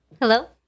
Hello